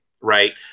right